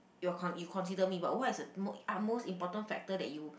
you are con~ you consider me but what is the mo~ utmost important factor that you